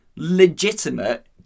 legitimate